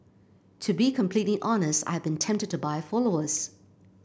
to be completely honest I have been tempted to buy followers